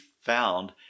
found